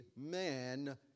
man